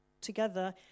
together